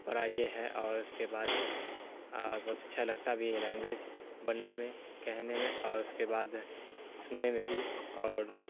بڑا یہ ہے اور اس کے بعد بہت اچھا لگتا بھی یہ لینگویج بولنے میں کہنے میں اور اس کے بعد سننے میں بھی اور